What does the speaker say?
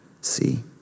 See